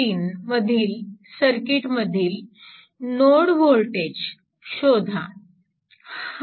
3 मधील सर्किट मधील node voltage शोधा